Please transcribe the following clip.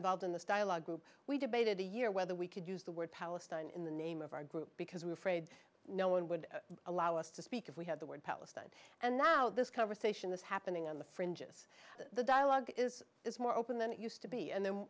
involved in this dialogue group we debated a year whether we could use the word palestine in the name of our group because we're afraid no one would allow us to speak if we had the word palestine and now this conversation is happening on the fringes of the dialogue is this more open than it used to be and then